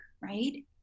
right